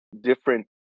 different